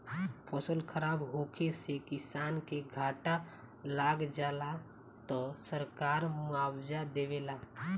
फसल खराब होखे से किसान के घाटा लाग जाला त सरकार मुआबजा देवेला